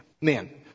man